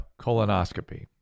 colonoscopy